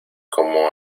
como